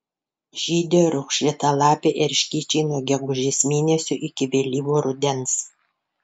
žydi raukšlėtalapiai erškėčiai nuo gegužės mėnesio iki vėlyvo rudens